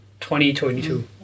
2022